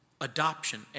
Adoption